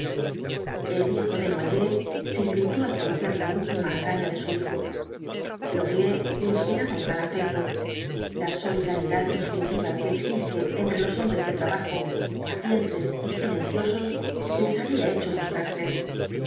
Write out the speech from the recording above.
el viejo desnoyers se irritó al conocer la última hazaña de su hijo laurier le inspiraba un gran afecto la solidaridad instintiva que existe entre los hombres de trabajo pacientes y silenciosos les había hecho buscarse